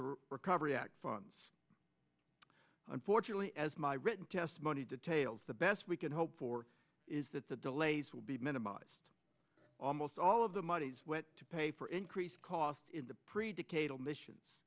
the recovery act funds unfortunately as my written testimony details the best we can hope for is that the delays will be minimized almost all of the monies to pay for increased cost in the predicted a mission